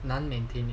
难 maintain